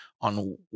on